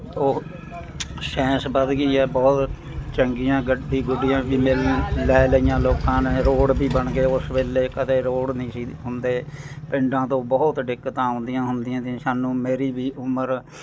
ਉਹ ਸਾਇੰਸ ਵੱਧ ਗਈ ਹੈ ਬਹੁਤ ਚੰਗੀਆਂ ਗੱਡੀ ਗੁਡੀਆਂ ਵੀ ਮਿਲ ਲੈ ਲਈਆਂ ਲੋਕਾਂ ਨੇ ਰੋਡ ਵੀ ਬਣ ਗਏ ਉਸ ਵੇਲੇ ਕਦੇ ਰੋਡ ਨਹੀਂ ਸੀ ਹੁੰਦੇ ਪਿੰਡਾਂ ਤੋਂ ਬਹੁਤ ਦਿੱਕਤਾਂ ਆਉਂਦੀਆਂ ਹੁੰਦੀਆਂ ਸੀ ਸਾਨੂੰ ਮੇਰੀ ਵੀ ਉਮਰ